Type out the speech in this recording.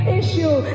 issue